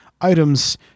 items